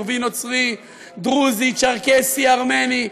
ערבי-נוצרי, דרוזי, צ'רקסי, ארמני.